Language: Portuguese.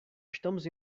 estamos